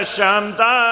Shanta